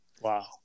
Wow